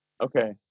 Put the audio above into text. okay